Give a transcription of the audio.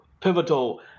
pivotal